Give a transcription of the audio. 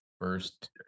first